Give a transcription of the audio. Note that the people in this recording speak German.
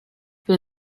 wir